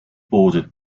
bordered